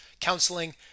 counseling